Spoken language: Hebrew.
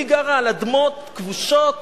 היא גרה על אדמות כבושות